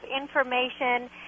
information